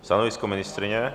Stanovisko ministryně.